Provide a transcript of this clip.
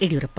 Yediyurappa